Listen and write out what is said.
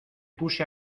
puse